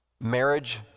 Marriage